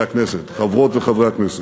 חברות וחברי הכנסת.